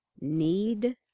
Need